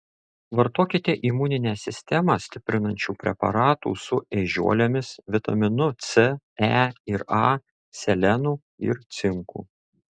vartokite imuninę sistemą stiprinančių preparatų su ežiuolėmis vitaminu c e ir a selenu ir cinku